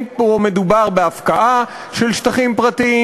לא מדובר פה בהפקעה של שטחים פרטיים.